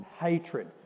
hatred